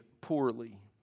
poorly